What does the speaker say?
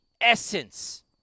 essence